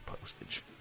postage